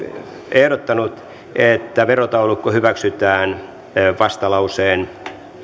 ehdottanut että verotaulukko hyväksytään vastalauseen